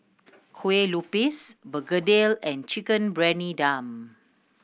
Kueh Lupis begedil and Chicken Briyani Dum